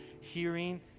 hearing